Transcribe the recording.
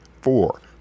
four